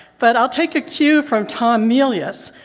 but i'll take a cue from tom melius.